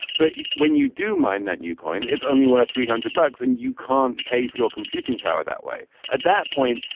but when you do mind that new coin is only worth three hundred bucks and you can't pay for your computing power that way at that point.